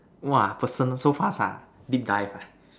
!wah! personal so fast ah big dive ah